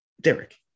Derek